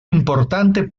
importante